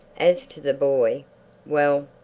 as to the boy well,